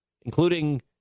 including